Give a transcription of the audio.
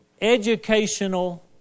educational